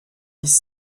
dix